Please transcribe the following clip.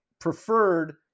preferred